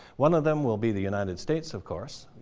one of them will be the united states, of course.